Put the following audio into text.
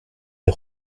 des